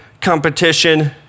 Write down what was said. competition